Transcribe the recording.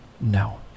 No